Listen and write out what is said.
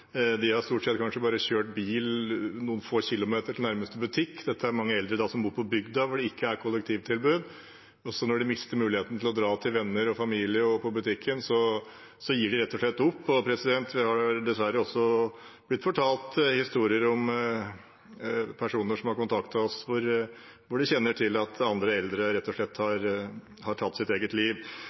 De har stort sett kjørt bil noen få kilometer til nærmeste butikk. Dette er mange eldre som bor på bygda, hvor det ikke er noe kollektivtilbud. Når de så mister muligheten til å kunne dra til venner og familie og på butikken, gir de rett og slett opp. Vi er dessverre også blitt fortalt historier av personer som har kontaktet oss, som kjenner andre eldre som rett og slett har tatt sitt eget liv.